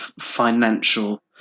financial